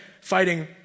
fighting